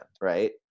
right